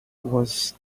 was